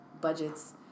budgets